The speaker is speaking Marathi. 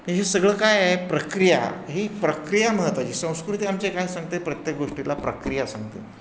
तर हे सगळं काय आहे प्रक्रिया ही प्रक्रिया महत्त्वाची संस्कृती आमचे काय सांगते प्रत्येक गोष्टीला प्रक्रिया सांगते